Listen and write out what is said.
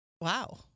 Wow